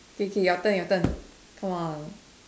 K K your turn your turn come on